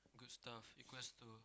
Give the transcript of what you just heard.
good stuff equals to